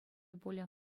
пулӗ